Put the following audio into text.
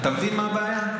אתה מבין מה הבעיה?